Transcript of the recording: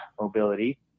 mobility